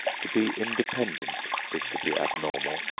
to be independent is to be abnormal,